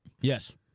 Yes